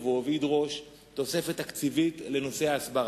וחושף את הפנים האמיתיות של השלטון בעזה.